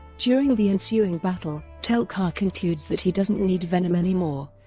during the ensuing battle, tel-kar concludes that he doesn't need venom anymore